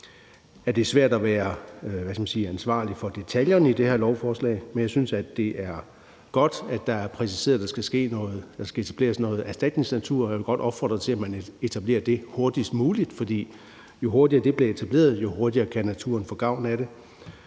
er det svært at være ansvarlig for detaljerne i det her lovforslag, men jeg synes, det er godt, det er præciseret, at der skal etableres noget erstatningsnatur. Jeg vil godt opfordre til, at man etablerer det hurtigst muligt, for jo hurtigere det bliver etableret, jo hurtigere kan naturen få gavn af det.